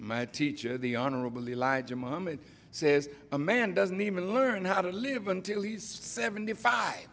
my teacher the honorable elijah muhammad says a man doesn't even learn how to live until he's seventy five